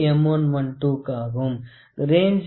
895 0